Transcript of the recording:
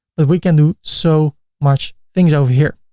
but we can do so much things over here.